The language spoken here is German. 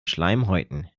schleimhäuten